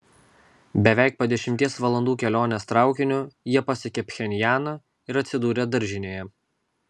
beveik po dešimties valandų kelionės traukiniu jie pasiekė pchenjaną ir atsidūrė daržinėje